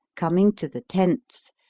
coming to the tents,